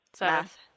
math